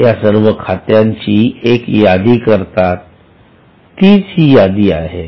या सर्व खात्याची एक यादी करतात तीच ही यादी आहे